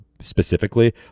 Specifically